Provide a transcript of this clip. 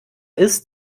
ist